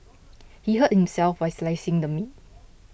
he hurt himself while slicing the meat